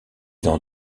dans